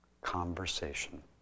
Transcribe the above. conversation